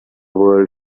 world